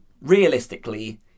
realistically